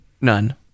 None